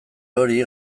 hori